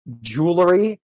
jewelry